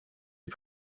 ihr